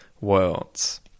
worlds